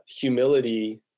humility